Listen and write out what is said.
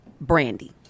Brandy